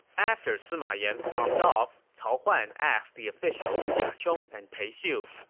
after sima yan stomped off, cao huan asked the officials jia chong and pei xiu,